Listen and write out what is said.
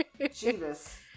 Jesus